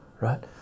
right